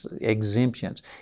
exemptions